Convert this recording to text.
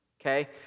Okay